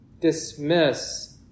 dismiss